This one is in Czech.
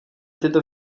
tyto